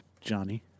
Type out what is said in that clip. Johnny